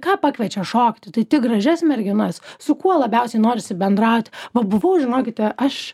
ką pakviečia šokti tai tik gražias merginas su kuo labiausiai norisi bendrauti pabuvau žinokite aš